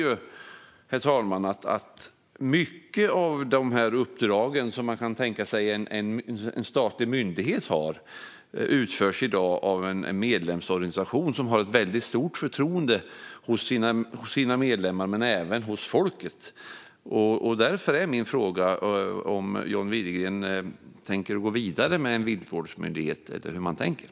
Det här innebär att många av de uppdrag som man kan tänka sig att en statlig myndighet ska ha i dag utförs av en medlemsorganisation, som har ett stort förtroende bland sina medlemmar men även folket. Därför undrar jag om John Widegren tänker gå vidare med en viltvårdsmyndighet eller hur tankarna går.